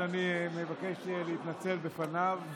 אז אני מבקש להתנצל בפניו.